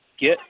Get